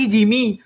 Jimmy